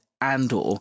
Andor